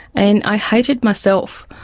and i hated myself.